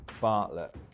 Bartlett